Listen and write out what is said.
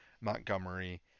Montgomery